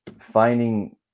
finding